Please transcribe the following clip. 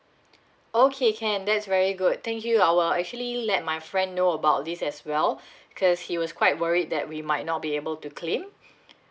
okay can that's very good thank you I will actually let my friend know about this as well because he was quite worried that we might not be able to claim